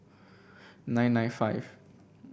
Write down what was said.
nine nine five